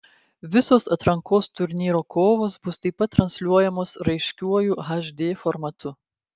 visos atrankos turnyro kovos bus taip pat transliuojamos raiškiuoju hd formatu